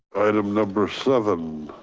item number seven.